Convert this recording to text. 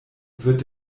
wird